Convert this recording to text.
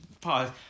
Pause